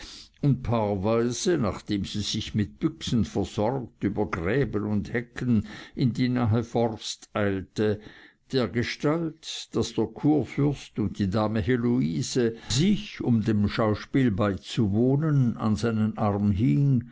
paarweise nachdem sie sich mit büchsen versorgt über gräben und hecken in die nahe forst eilte dergestalt daß der kurfürst und die dame heloise die sich um dem schauspiel beizuwohnen an seinen arm hing